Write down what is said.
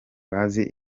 bazi